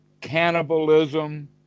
Cannibalism